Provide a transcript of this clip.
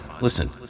Listen